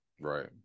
Right